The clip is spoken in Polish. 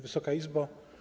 Wysoka Izbo!